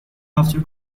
after